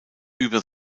über